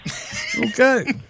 Okay